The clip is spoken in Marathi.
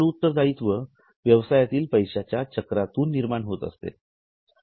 चालू उत्तरदायित्व व्यवसायातील पैश्याच्या चक्रातून निर्माण होत असतात